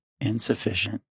insufficient